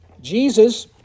Jesus